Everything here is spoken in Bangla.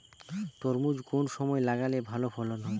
তরমুজ কোন সময় লাগালে ভালো ফলন হয়?